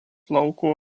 lauko